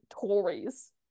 Tories